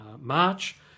March